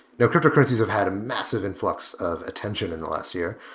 now cryptocurrencies have had a massive influx of attention in the last year,